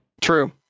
True